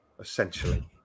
essentially